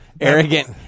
arrogant